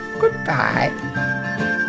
goodbye